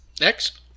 Next